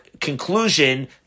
conclusion